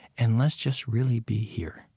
and let's just really be here.